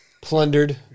Plundered